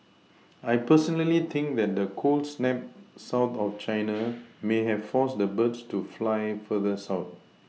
I personally think that the cold snap south of China may have forced the birds to fly further south